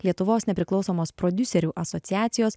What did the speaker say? lietuvos nepriklausomos prodiuserių asociacijos